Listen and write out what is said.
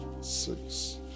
six